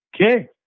Okay